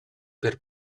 per